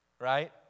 right